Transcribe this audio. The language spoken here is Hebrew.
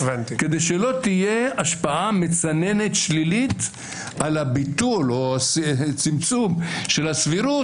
כדי שלא תהיה השפעה מצננת שלילית על ביטול או צמצום הסבירות